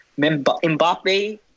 Mbappe